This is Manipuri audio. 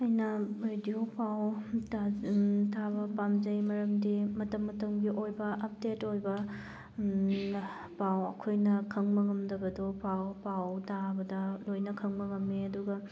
ꯑꯩꯅ ꯔꯦꯗꯤꯑꯣ ꯄꯥꯎ ꯇꯥꯕ ꯄꯥꯝꯖꯩ ꯃꯔꯝꯗꯤ ꯃꯇꯝ ꯃꯇꯝꯒꯤ ꯑꯣꯏꯕ ꯑꯞꯗꯦꯠ ꯑꯣꯏꯕ ꯄꯥꯎ ꯑꯩꯈꯣꯏꯅ ꯈꯪꯕ ꯉꯝꯗꯕꯗꯣ ꯄꯥꯎ ꯄꯥꯎ ꯇꯥꯕꯗ ꯂꯣꯏꯅ ꯈꯪꯕ ꯉꯝꯃꯤ ꯑꯗꯨꯒ